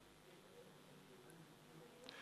(עיצומים כספיים), התשע"ב 2012, קריאה ראשונה.